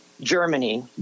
Germany